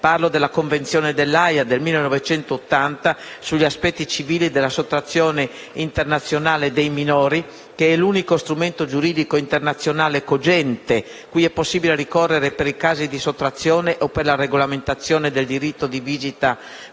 Parlo della Convenzione dell'Aja del1980 sugli aspetti civili della sottrazione internazionale dei minori, che è l'unico strumento giuridico internazionale cogente cui è possibile ricorrere per i casi di sottrazione o per la regolamentazione del diritto di visita con